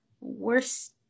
Worst